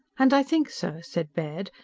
and i think, sir, said baird,